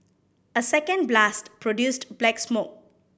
a second blast produced black smoke